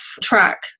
track